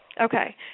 Okay